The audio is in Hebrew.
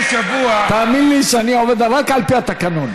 לפני שבוע, תאמין לי שאני עובד רק על פי התקנון.